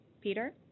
Peter